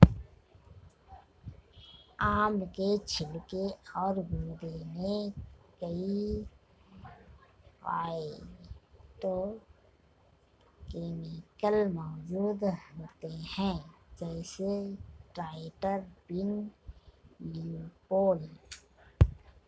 आम के छिलके और गूदे में कई फाइटोकेमिकल्स मौजूद होते हैं, जैसे ट्राइटरपीन, ल्यूपोल